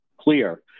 clear